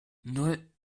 nan